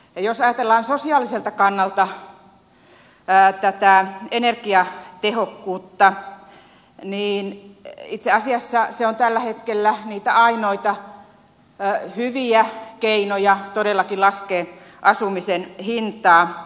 jos ajatellaan sosiaaliselta kannalta tätä energiatehokkuutta niin itse asiassa se on tällä hetkellä niitä ainoita hyviä keinoja todellakin laskea asumisen hintaa